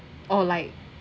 or like